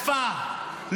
שתקפה,